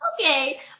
Okay